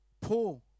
Paul